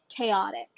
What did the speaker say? chaotic